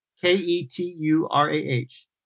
K-E-T-U-R-A-H